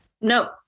No